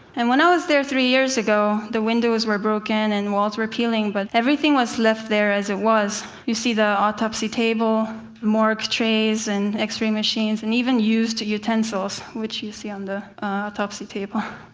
and when i was there three years ago, the windows were broken and the walls were peeling, but everything was left there as it was. you see the autopsy table, morgue trays, and x-ray machines and even used utensils, which you see on the autopsy table.